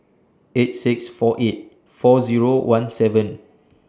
eight six four eight four Zero one seven